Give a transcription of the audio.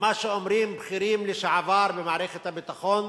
למה שאומרים בכירים לשעבר במערכת הביטחון,